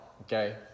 okay